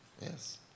Yes